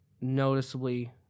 noticeably